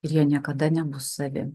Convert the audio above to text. ir jie niekada nebus savi